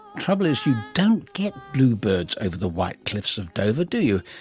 trouble is, you don't get blue birds over the white cliffs of dover, do you,